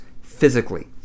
physically